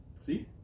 See